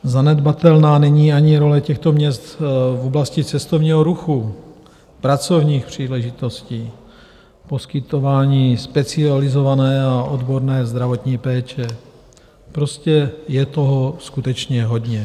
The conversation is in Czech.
Zanedbatelná není ani role těchto měst v oblasti cestovního ruchu, pracovních příležitostí, poskytování specializované a odborné zdravotní péče, prostě je toho skutečně hodně.